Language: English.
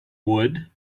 would